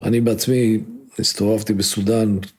אני בעצמי הסתובבתי בסודאן.